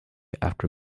after